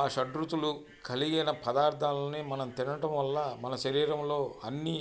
ఆ షడ్రుచులు కలిగిన పదార్థాలని మనం తినడం వల్ల మన శరీరంలో అన్ని